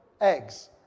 eggs